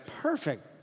Perfect